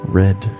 red